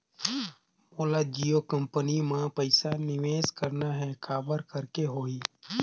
मोला जियो कंपनी मां पइसा निवेश करना हे, काबर करेके होही?